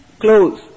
close